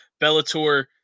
Bellator